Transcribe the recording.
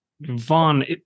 Vaughn